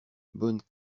bonne